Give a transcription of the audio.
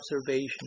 observation